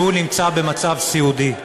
והוא במצב סיעודי.